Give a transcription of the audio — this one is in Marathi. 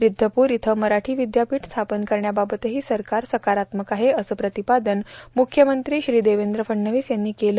रिद्धपूर इथं मराठी विद्यापीठ स्थापन करण्याबाबतही सरकार सकारात्मक आहे असं प्रतिपादन मुख्यमंत्री श्री देवेंद्र फडणवीस यांनी केलं